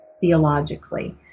theologically